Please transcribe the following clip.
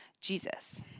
Jesus